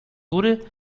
góry